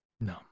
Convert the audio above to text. No